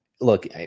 look